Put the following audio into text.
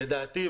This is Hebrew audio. לדעתי,